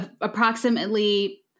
approximately